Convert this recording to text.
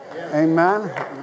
Amen